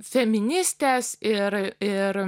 feministės ir